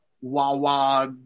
wah-wah